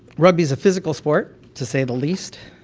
rugby is a physical sport to say the least,